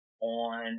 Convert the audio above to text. on